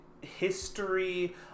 history